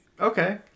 Okay